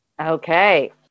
Okay